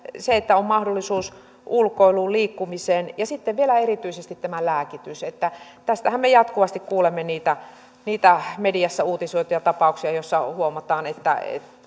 se että on mahdollisuus ulkoiluun liikkumiseen ja sitten vielä erityisesti tämä lääkitys tästähän me jatkuvasti kuulemme niitä niitä mediassa uutisoituja tapauksia joissa huomataan että joko